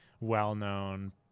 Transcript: well-known